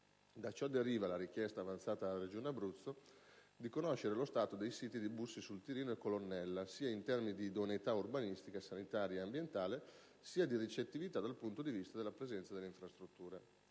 Da ciò deriva la richiesta avanzata alla Regione Abruzzo di conoscere lo stato dei siti di Bussi sul Tirino e Colonnella, sia in termini di idoneità urbanistica, sanitaria e ambientale, sia di ricettività dal punto di vista della presenza delle infrastrutture.